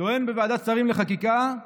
טען בוועדת שרים לחקיקה: